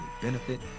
benefit